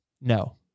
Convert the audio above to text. No